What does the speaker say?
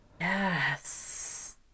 Yes